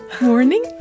Morning